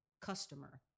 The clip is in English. customer